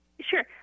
Sure